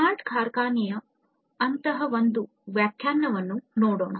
smart ಕಾರ್ಖಾನೆಯ ಅಂತಹ ಒಂದು ವ್ಯಾಖ್ಯಾನವನ್ನು ನೋಡೋಣ